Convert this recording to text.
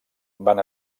van